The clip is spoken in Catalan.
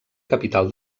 capital